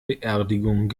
beerdigung